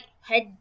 head